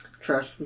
Trash